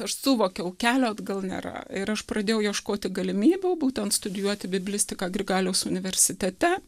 aš suvokiau kelio atgal nėra ir aš pradėjau ieškoti galimybių būtent studijuoti biblistiką grigaliaus universitete